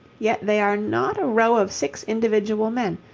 yet they are not a row of six individual men,